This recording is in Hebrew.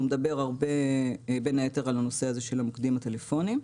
והוא מדבר בין היתר על הנושא הזה של המוקדים הטלפוניים.